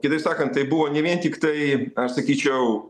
kitaip sakant tai buvo ne vien tiktai aš sakyčiau